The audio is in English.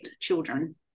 children